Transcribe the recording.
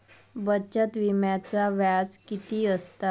बचत विम्याचा व्याज किती असता?